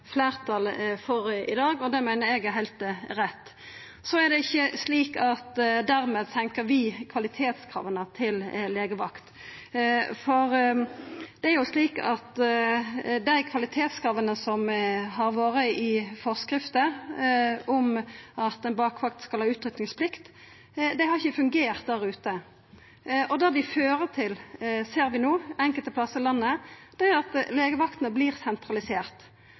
fleirtal for i dag, og det meiner eg er heilt rett. Det er ikkje slik at vi dermed senkar kvalitetskrava til legevakt. Dei kvalitetskrava som har vore i forskrifter, om at ei bakvakt skal ha utrykkingsplikt, har ikkje fungert der ute. Det det fører til, ser vi no enkelte plassar i landet, er at legevaktene